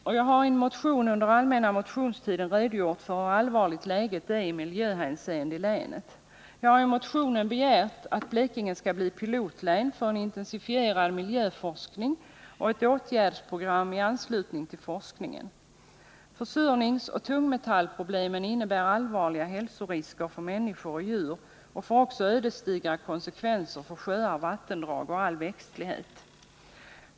I en motion som jag väckte under den allmänna motionstiden har jag redogjort för hur allvarligt läget är i miljöhänseende i länet. Jag har i motionen begärt att Blekinge skall bli ett pilotlän för intensifierad miljöforskning. Vidare har jag begärt ett åtgärdsprogram i anslutning till forskningen. Försurningsoch tungmetallproblemen innebär allvarliga hälsorisker för människor och djur och får ödesdigra konsekvenser för sjöar, vattendrag och all växtlighet.